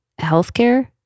healthcare